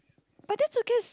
but that who cares